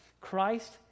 Christ